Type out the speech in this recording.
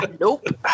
nope